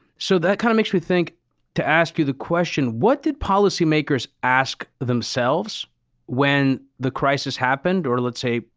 so, that kind of makes me think to ask you the question, what did policy makers ask themselves when the crisis happened? or, let's say,